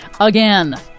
Again